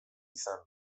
izan